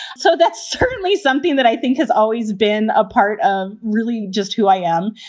so that's certainly something that i think has always been a part of, really just who i am.